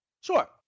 Sure